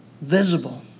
visible